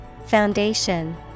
Foundation